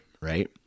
right